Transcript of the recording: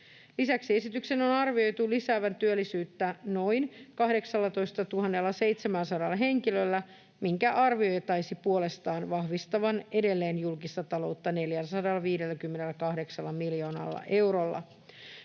Lisäksi esityksen on arvioitu lisäävän työllisyyttä noin 18 700 henkilöllä, minkä arvioitaisiin puolestaan vahvistavan edelleen julkista taloutta 458 miljoonalla eurolla.